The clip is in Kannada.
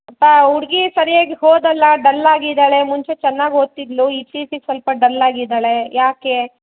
ಅಪ್ಪ ಹುಡ್ಗಿ ಸರಿಯಾಗಿ ಓದಲ್ಲ ಡಲ್ಲಾಗಿದ್ದಾಳೆ ಮುಂಚೆ ಚೆನ್ನಾಗಿ ಓದ್ತಿದ್ಲು ಇತ್ತೀಚೆಗೆ ಸ್ವಲ್ಪ ಡಲ್ಲಾಗಿದ್ದಾಳೆ ಯಾಕೆ